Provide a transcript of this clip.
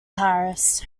paris